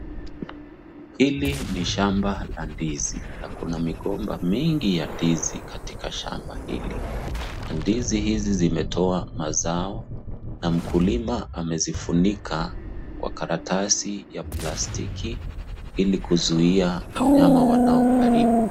Hili ni shamba la ndizi, na kuna migomba mingi ya ndizi katika shamba hili. Na ndizi hizi zimetowa mazao, na mkulima amezifunika kwa karatasi ya plastiki ili kuzuia wanyama wanaoharibu.